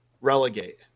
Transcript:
relegate